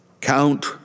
count